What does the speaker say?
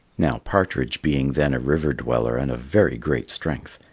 now, partridge, being then a river-dweller and of very great strength,